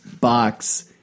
box